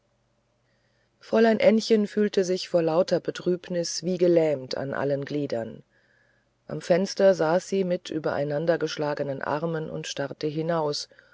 fräulein ännchen fühlte sich vor lauter betrübnis wie gelähmt an allen gliedern am fenster saß sie mit übereinandergeschlagenen armen und starrte hinaus